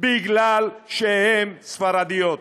בבית משום שהן ספרדיות?